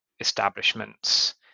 establishments